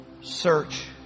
search